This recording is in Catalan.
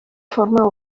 forma